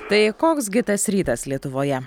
tai koks gi tas rytas lietuvoje